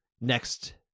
next